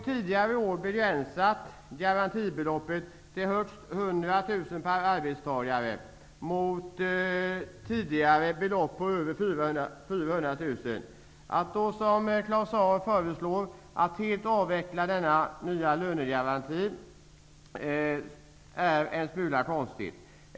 Riksdagen har begränsat garantibeloppet till högst 100 000 kr per arbetstagare, mot tidigare belopp på över 400 000 kr. Att, som Claus Zaar föreslår, helt avveckla denna nya lönegaranti är en smula konstigt.